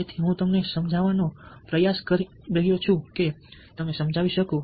તેથી હું તમને સમજાવવાનો પ્રયાસ કરી રહ્યો છું કે તમે સમજાવી શકો